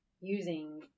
using